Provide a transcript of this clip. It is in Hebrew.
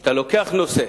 כשאתה לוקח נושא